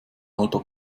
alter